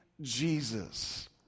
Jesus